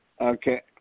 Okay